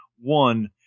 One